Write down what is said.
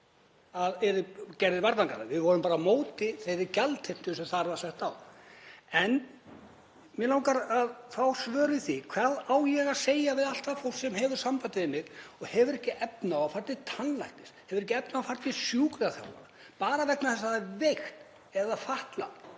yrðu gerðir varnargarðar. Við vorum bara á móti þeirri gjaldheimtu sem þar var sett á. En mig langar að fá svör við því hvað ég á að segja við allt það fólk sem hefur samband við mig og hefur ekki efni á að fara til tannlæknis, hefur ekki efni á að fara til sjúkraþjálfara, bara vegna þess að það er veikt eða fatlað,